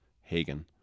Hagen